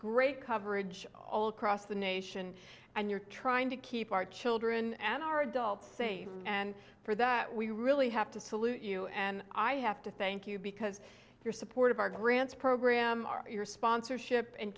great coverage all across the nation and you're trying to keep our children and our adults say and for that we really have to salute you and i have to thank you because your support of our grants program are your sponsorship and